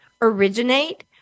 originate